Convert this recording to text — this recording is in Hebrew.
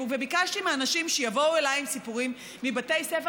וביקשתי מאנשים שיבואו אליי עם סיפורים מבתי ספר,